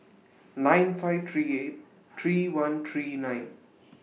nine five three eight three one three nine